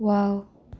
wow